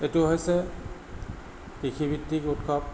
এইটো হৈছে কৃষিভিত্তিক উৎসৱ